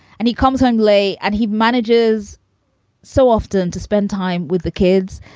and he comes home lay and he manages so often to spend time with the kids.